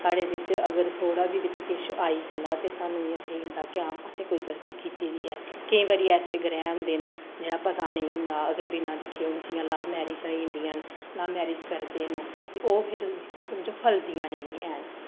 साढ़े बिच्च अगर थोह्ड़ा बी बिच्च किश आई जंदे ते सानूं इ'यां सेही होंदा कि असें कोई गल्ती कीती दी ऐ केईं बारी ऐसे ग्रैह् होंदे न जेह्ड़ा पता नेईं होंदा अगर बिना दिक्खे जिं'यां हून लव मैरिजां होई जंदियां न लव मैरिज़ करदे न ओहे फिर दिक्खो हां फलदियां नेईं हैन